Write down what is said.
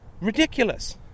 ridiculous